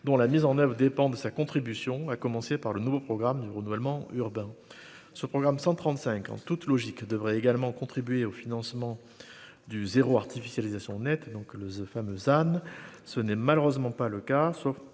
dont la mise en oeuvre dépend de sa contribution, à commencer par le nouveau programme de renouvellement urbain, ce programme 135 en toute logique devrait également contribuer au financement du zéro artificialisation nette donc le fameux Anne, ce n'est malheureusement pas le cas